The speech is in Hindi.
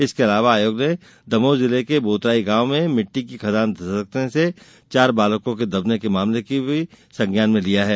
इसके अलावा आयोग ने दमोह जिले के बोतराई गांव में मिट्टी की खदान धसकने से चार बालकों के दबने के मामले में भी संज्ञान लिया है